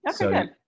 Okay